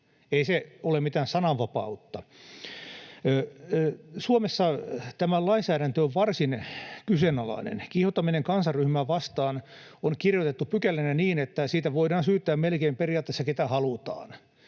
ei se ole mitään sananvapautta. Suomessa tämä lainsäädäntö on varsin kyseenalainen. Kiihottaminen kansanryhmää vastaan on kirjoitettu pykälänä niin, että siitä voidaan syyttää periaatteessa melkein ketä halutaan.